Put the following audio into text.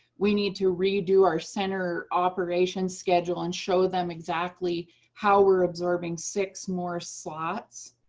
we need to redo our center operations schedule and show them exactly how we're absorbing six more slots.